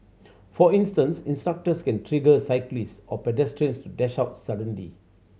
for instance instructors can trigger cyclist or pedestrians to dash out suddenly